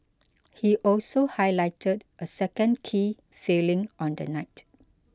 he also highlighted a second key failing on the night